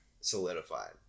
solidified